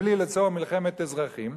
בלי ליצור מלחמת אזרחים,